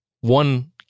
one